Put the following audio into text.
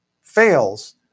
fails